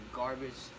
garbage